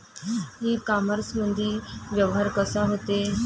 इ कामर्समंदी व्यवहार कसा होते?